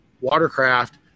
watercraft